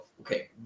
Okay